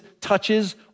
touches